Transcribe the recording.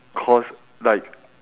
cause like